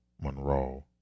Monroe